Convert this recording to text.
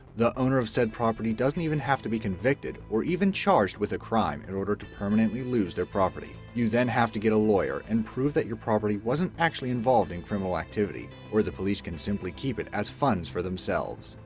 the owner of said property doesn't even have to be convicted of or even charged with a crime in order to permanently lose their property. you then have to get a lawyer and prove that your property wasn't actually involved in criminal activity, or the police can simply keep it as funds for themselves.